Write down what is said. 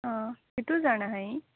आ कितू जाणा हाय